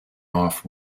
off